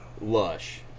Lush